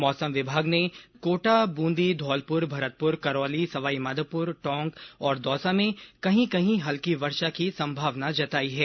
मौसम विभाग ने कोटा ब्रंदी धौलपुर भरतपुर करौली सवाई माधोपुर टोंक और दौसा में कहीं कहीं हल्की वर्षा की संभावना जताई है